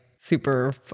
super